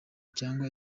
cyangwa